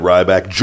Ryback